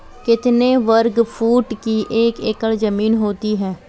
कितने वर्ग फुट की एक एकड़ ज़मीन होती है?